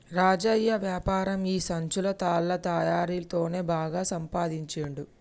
రాజయ్య వ్యాపారం ఈ సంచులు తాళ్ల తయారీ తోనే బాగా సంపాదించుండు